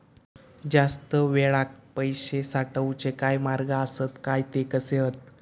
जास्त वेळाक पैशे साठवूचे काय मार्ग आसत काय ते कसे हत?